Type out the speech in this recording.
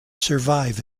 survive